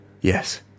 Yes